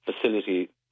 facility